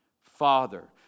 Father